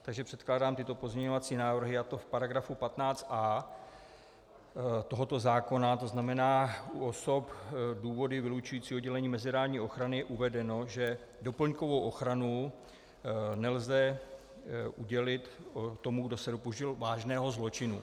Takže předkládám tyto pozměňovací návrhy, a to v § 15a tohoto zákona, tzn. u osob důvody vylučující udělení mezinárodní ochrany je uvedeno, že doplňkovou ochranu nelze udělit tomu, kdo se dopustil vážného zločinu.